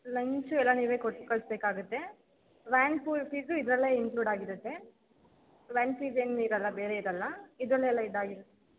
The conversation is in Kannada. ಲಂಚು ಎಲ್ಲ ನೀವೇ ಕೊಟ್ಟು ಕಳಿಸ್ಬೇಕಾಗತ್ತೆ ವ್ಯಾನ್ ಫೀಸು ಇದರಲ್ಲೆ ಇನ್ಕ್ಲೂಡ್ ಆಗಿರುತ್ತೆ ವ್ಯಾನ್ ಫೀಸ್ ಏನು ಇರಲ್ಲ ಬೇರೆ ಇರಲ್ಲ ಇದರಲ್ಲೆ ಎಲ್ಲ ಇದಾಗಿರತ್ತೆ